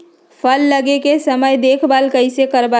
फल लगे के समय देखभाल कैसे करवाई?